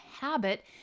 habit